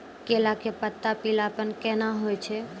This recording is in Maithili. केला के पत्ता पीलापन कहना हो छै?